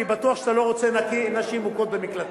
אני בטוח שאתה לא רוצה נשים מוכות במקלטים.